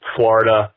Florida